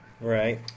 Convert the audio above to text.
Right